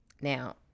Now